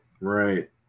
right